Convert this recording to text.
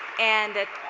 and a